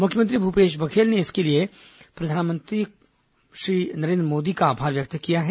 मुख्यमंत्री भूपेश बघेल ने इसके लिए प्रधानमंत्री नरेन्द्र मोदी का आभार व्यक्त किया है